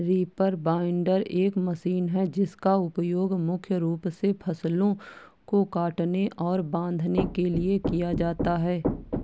reaper binder एक machine है जिसका उपयोग मुख्य रूप से फसलों को काटने और बांधने के लिए किया जाता है